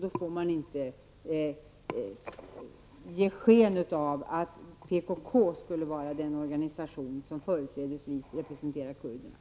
Då får man inte ge sken av att PKK skulle vara den organisation som företrädesvis representerar kurderna.